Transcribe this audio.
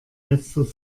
letzter